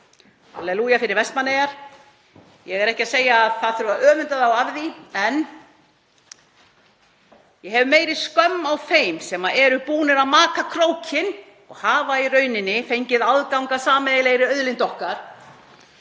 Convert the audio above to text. Hallelúja fyrir Vestmannaeyjar. Ég er ekki að segja að það þurfi að öfunda þá af því en ég hef meiri skömm á þeim sem eru búnir að maka krókinn og hafa í rauninni fengið aðgang að sameiginlegri auðlind okkar.